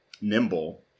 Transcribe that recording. nimble